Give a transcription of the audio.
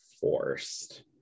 forced